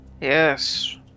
Yes